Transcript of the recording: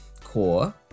core